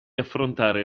affrontare